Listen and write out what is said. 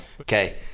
Okay